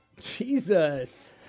Jesus